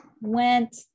went